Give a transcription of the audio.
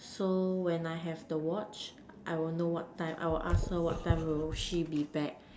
so when I have the watch I will know what time I will ask her what time will she be back